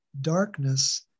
darkness